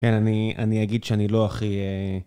כן, אני אגיד שאני לא הכי...